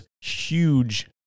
huge